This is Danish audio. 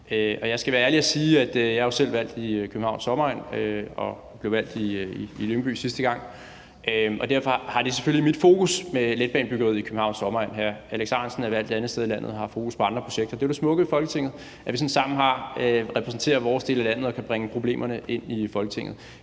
jeg jo selv er valgt i Københavns omegn og blev valgt i Lyngby sidste gang, og derfor har letbanebyggeriet i Københavns omegn selvfølgelig mit fokus. Hr. Alex Ahrendtsen er valgt et andet sted i landet og har fokus på andre projekter. Det er jo det smukke ved Folketinget, at vi repræsenterer vores del af landet og kan bringe problemerne ind i Folketinget.